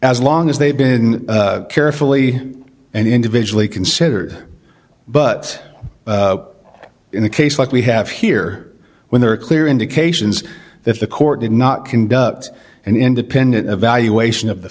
as long as they've been carefully and individually considered but in the case like we have here when there are clear indications that the court did not conduct an independent evaluation of the